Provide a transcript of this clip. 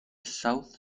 south